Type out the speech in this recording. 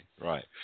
right